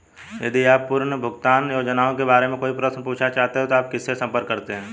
यदि आप पुनर्भुगतान योजनाओं के बारे में कोई प्रश्न पूछना चाहते हैं तो आप किससे संपर्क करते हैं?